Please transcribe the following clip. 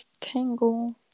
tangle